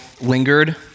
lingered